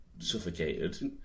...suffocated